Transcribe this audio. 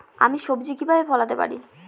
আমি সবজি কিভাবে ফলাতে পারি?